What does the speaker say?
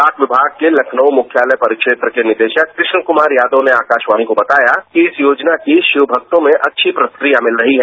डाक विभाग के तखनऊ मुख्यालय परिवेत्र के निरेशक कृष्ण कुमार यादव ने आकाशवाणी को बताया कि इस योजना की शिक्षकों में अच्छी प्रतिक्रिया मिल रही है